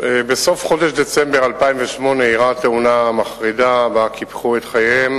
1 3. בסוף חודש דצמבר 2008 אירעה התאונה המחרידה שבה קיפחו את חייהם